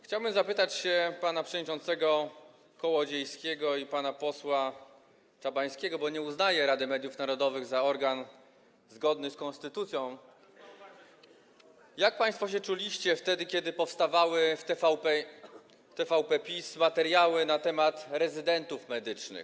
Chciałbym zapytać pana przewodniczącego Kołodziejskiego i pana posła Czabańskiego, bo nie uznaję Rady Mediów Narodowych za organ zgodny z konstytucją, jak państwo się czuliście wtedy, kiedy powstawały w TVPiS materiały na temat rezydentów medycznych.